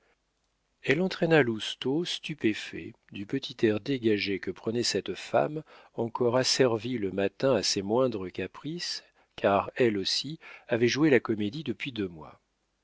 elle entraîna lousteau stupéfait du petit air dégagé que prenait cette femme encore asservie le matin à ses moindres caprices car elle aussi avait joué la comédie depuis deux mois